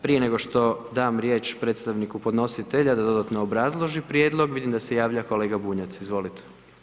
Prije nego što dam riječ predstavniku podnositelja da dodatno obrazloži prijedlog, vidim da se javlja kolega Bunjac, izvolite.